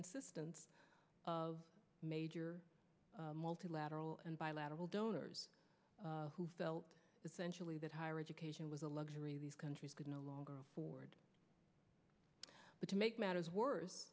insistence of major multilateral and bilateral donors who felt sensually that higher education was a luxury these countries could no longer afford but to make matters